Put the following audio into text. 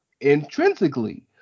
Intrinsically